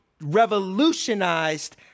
revolutionized